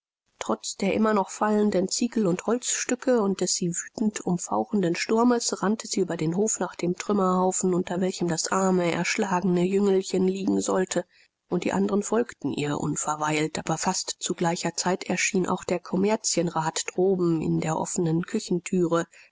trotz der immer noch fallenden ziegel und holzstücke und des sie wütend umfauchenden sturmes rannte sie über den hof nach dem trümmerhaufen unter welchem das arme erschlagene jüngelchen liegen sollte und die anderen folgten ihr unverweilt aber fast zu gleicher zeit erschien auch der kommerzienrat droben in der offenen küchenthüre